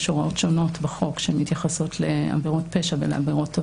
יש הוראות שונות בחוק שמתייחסות לעבירות פשע ולעבירות עוון.